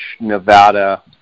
Nevada